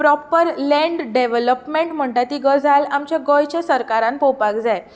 proper land development म्हणटा ती गजाल आमच्या गोंयच्या सरकारान पळोवपाक जाय